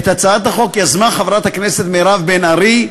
את הצעת החוק יזמה חברת הכנסת מירב בן ארי,